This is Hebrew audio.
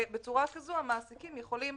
בצורה כזו המעסיקים יכולים